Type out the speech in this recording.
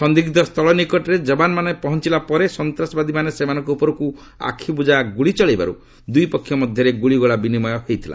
ସନ୍ଦିଗ୍ଧ ସ୍ଥଳ ନିକଟରେ ଯବାନମାନେ ପହଞ୍ଚୁଲା ପରେ ସନ୍ତାସବାଦୀମାନେ ସେମାନଙ୍କ ଉପରକୁ ଆଖିବୁଜା ଗୁଳି ଚଳାଇବାରୁ ଦୁଇ ପକ୍ଷ ମଧ୍ୟରେ ଗୁଳିଗୋଳା ବିନିମୟ ହୋଇଥିଲା